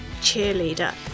cheerleader